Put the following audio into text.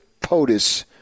POTUS